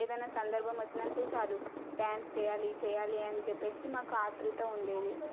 ఏదైనా సందర్భం వచ్చిందంటే చాలు డ్యాన్స్ చేయాలి చేయాలి అని చెప్పేసి మాకు ఆతురత ఉండేది